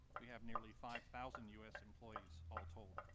we have nearly five thousand u s. employees all told.